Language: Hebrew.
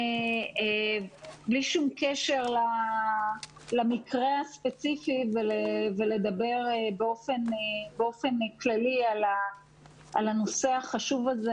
בלי שום קשר למקרה הספציפי ולדבר באופן כללי על הנושא החשוב הזה,